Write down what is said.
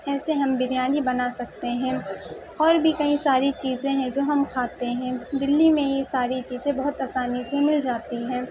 ایسے ہم بریانی بنا سکتے ہیں اور بھی کئی ساری چیزیں ہیں جو ہم کھاتے ہیں دلی میں یہ ساری چیزیں بہت آسانی سے مل جاتی ہیں